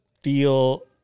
feel